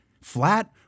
Flat